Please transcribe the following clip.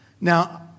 Now